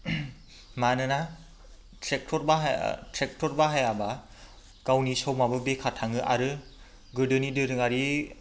मानोना ट्रेक्ट'र बाहायाबा गावनि समाबो बेखार थाङो आरो गोदोनि दोरोंआरि